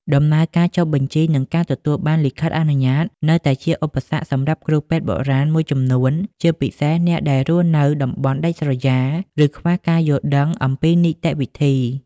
ដំណើរការចុះបញ្ជី និងការទទួលបានលិខិតអនុញ្ញាតនៅតែជាឧបសគ្គសម្រាប់គ្រូពេទ្យបុរាណមួយចំនួន ជាពិសេសអ្នកដែលរស់នៅតំបន់ដាច់ស្រយាល ឬខ្វះការយល់ដឹងអំពីនីតិវិធី។